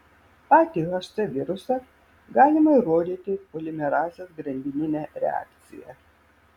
patį hc virusą galima įrodyti polimerazės grandinine reakcija